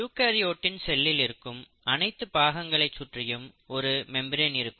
யூகரியோட்டின் செல்லில் இருக்கும் அனைத்து பாகங்களை சுற்றியும் ஒரு மெம்பிரேன் இருக்கும்